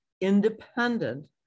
independent